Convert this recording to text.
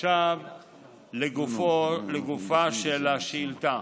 עכשיו לגופה של השאילתה.